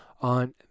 on